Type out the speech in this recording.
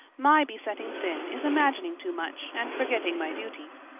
my besetting sin is imagining too much and forgetting my duties.